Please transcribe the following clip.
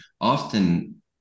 often